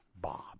Bob